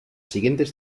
siguientes